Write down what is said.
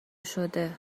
شده